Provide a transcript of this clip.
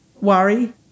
worry